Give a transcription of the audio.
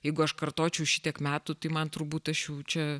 jeigu aš kartočiau šitiek metų tai man turbūt aš jau čia